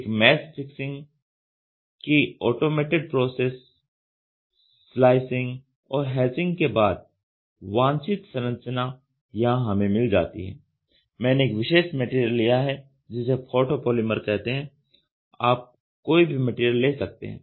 एक mesh fixing की automated process slicing और हैचिंग के बाद वांछित संरचना यहां हमें मिल जाती है मैंने एक विशेष मैटेरियल लिया है जिसे फोटो पॉलीमर कहते हैं आप कोई भी मैटेरियल ले सकते हैं